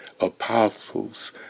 apostles